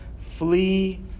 flee